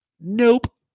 Nope